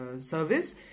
service